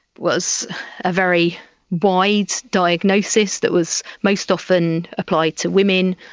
was a very wide diagnosis that was most often applied to women,